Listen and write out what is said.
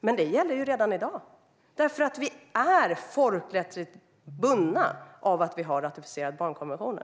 Men detta gäller redan i dag, för vi är folkrättsligt bundna av att vi har ratificerat barnkonventionen.